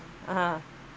ha